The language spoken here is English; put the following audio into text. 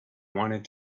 wanted